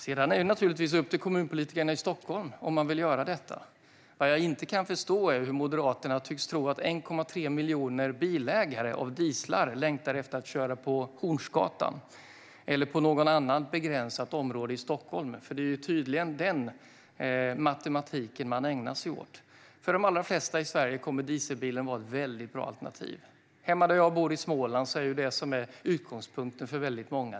Det är naturligtvis upp till kommunpolitikerna i Stockholm om man vill göra detta. Vad jag inte kan förstå är hur Moderaterna tycks tro att 1,3 miljoner ägare av dieselbilar längtar efter att köra på Hornsgatan eller i något annat begränsat område i Stockholm, för det är tydligen den matematiken man ägnar sig åt. För de allra flesta i Sverige kommer dieselbilen att vara ett väldigt bra alternativ. Hemma i Småland där jag bor är den utgångspunkten för många.